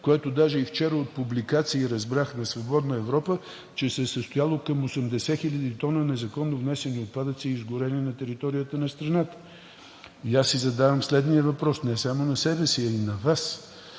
което даже и вчера от публикации разбрахме от „Свободна Европа“, че се е състояло към 80 хиляди тона незаконно внесени отпадъци, изгорени на територията на страната. Аз си задавам следния въпрос – не само на себе си, а и на Вас: